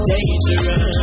Dangerous